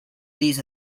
these